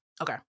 Okay